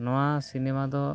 ᱱᱚᱣᱟ ᱥᱤᱱᱮᱹᱢᱟ ᱫᱚ